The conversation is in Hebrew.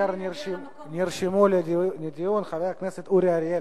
אשר נרשמו לדיון: חבר הכנסת אורי אריאל,